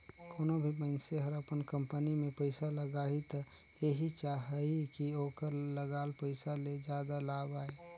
कोनों भी मइनसे हर अपन कंपनी में पइसा लगाही त एहि चाहही कि ओखर लगाल पइसा ले जादा लाभ आये